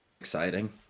Exciting